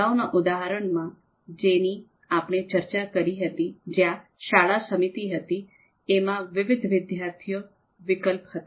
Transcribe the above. અગાઉના ઉદાહરણમાં જેની આપણે ચર્ચા કરી હતી જ્યાં શાળા સમિતિ હતી એમાં વિવિધ વિદ્યાર્થીઓ વિકલ્પ હતા